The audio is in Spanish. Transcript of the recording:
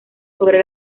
sobre